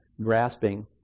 grasping